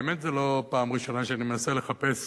האמת, זו לא פעם ראשונה שאני מנסה לחפש